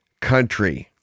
country